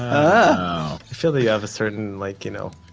i feel that you have a certain, like you know,